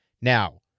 Now